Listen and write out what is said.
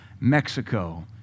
Mexico